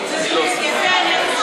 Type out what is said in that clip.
יש גבול לביטויים האלה.